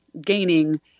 gaining